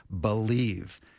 believe